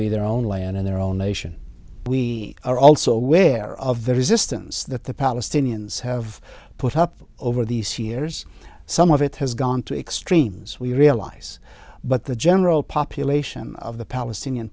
be their own land in their own nation we are also aware of the resistance that the palestinians have put up over the years some of it has gone to extremes we realize but the general population of the palestinian